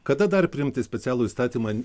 kada dar priimti specialų įstatymą